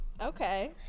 Okay